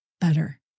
better